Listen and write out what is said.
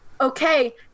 okay